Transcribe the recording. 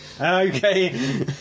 Okay